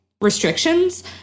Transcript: restrictions